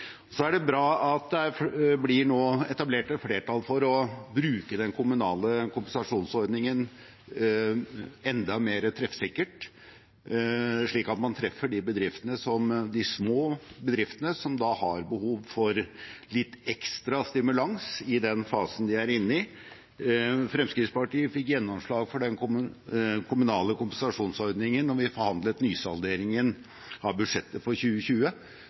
Så er det bra at det nå blir etablert et flertall for å bruke den kommunale kompensasjonsordningen enda mer treffsikkert, slik at man treffer de bedriftene, de små bedriftene som har behov for litt ekstra stimulans i den fasen de er inne i. Fremskrittspartiet fikk gjennomslag for den kommunale kompensasjonsordningen da vi forhandlet nysalderingen av budsjettet for 2020,